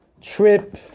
trip